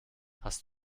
hast